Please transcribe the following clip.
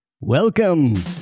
Welcome